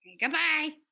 Goodbye